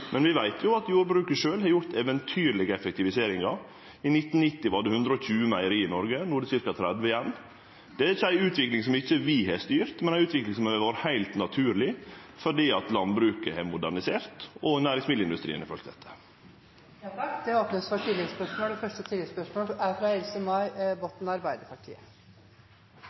Men vi veit jo at jordbruket sjølv har gjort eventyrlege effektiviseringar. I 1990 var det 120 meieri i Noreg, no er det ca. 30 igjen. Det er ikkje ei utvikling som vi har styrt, men ei utvikling som har vore heilt naturleg, fordi landbruket har modernisert og næringsmiddelindustrien har følgt etter. Det åpnes for oppfølgingsspørsmål – først Else-May Botten. Under Stoltenberg-regjeringen ble det skapt 360 000 nye arbeidsplasser, og